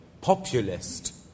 populist